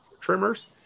trimmers